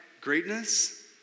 greatness